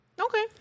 Okay